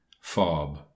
Fob